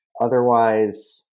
otherwise